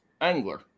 angler